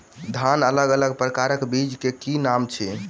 धान अलग अलग प्रकारक बीज केँ की नाम अछि?